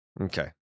Okay